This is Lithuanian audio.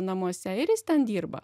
namuose ir jis ten dirba